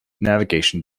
navigation